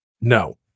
No